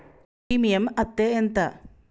Premium అత్తే ఎంత?